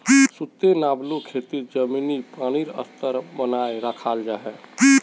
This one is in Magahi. सुस्तेनाब्ले खेतित ज़मीनी पानीर स्तर बनाए राखाल जाहा